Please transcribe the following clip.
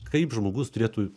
kaip žmogus turėtų